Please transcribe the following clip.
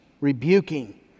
rebuking